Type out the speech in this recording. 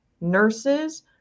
nurses